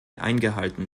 eingehalten